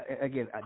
again